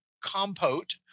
compote